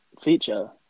feature